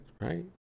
right